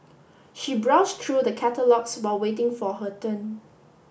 she browsed through the catalogues while waiting for her turn